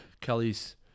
kelly's